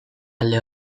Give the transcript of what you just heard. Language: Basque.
alde